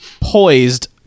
poised